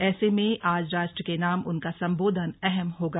ऐसे में आज राष्ट्र के नाम उनका संबोधन अहम होगा